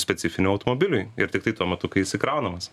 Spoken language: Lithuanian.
specifiniui automobiliui ir tiktai tuo metu kai jis įkraunamas